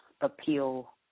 appeal